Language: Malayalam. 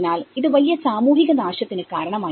അതിനാൽ ഇത് വലിയ സാമൂഹിക നാശത്തിനു കാരണമായി